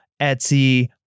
Etsy